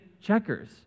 checkers